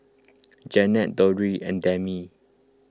Janet Dondre and Demi